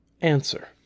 Answer